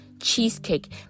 cheesecake